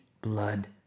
blood